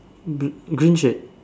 blue green shirt